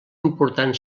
important